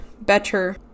better